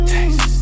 Taste